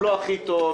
הוא לא הכי טוב,